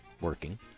working